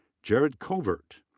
jared covert.